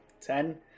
Ten